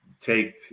take